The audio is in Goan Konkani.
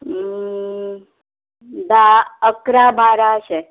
धा अकरा बाराशें